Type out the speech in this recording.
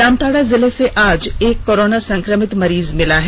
जामताड़ा जिले से आज एक कोरोना संकमित मरीज मिला है